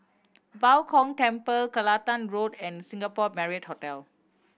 Bao Gong Temple Kelantan Road and Singapore Marriott Hotel